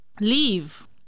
leave